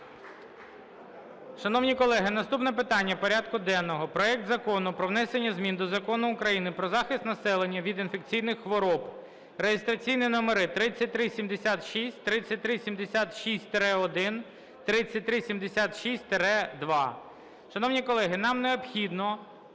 Шановні колеги, наступне питання порядку денного – проект Закону про внесення змін до Закону України "Про захист населення від інфекційних хвороб" (реєстраційні номери 3376, 3376-1, 3376-2). Шановні колеги, нам необхідно